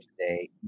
today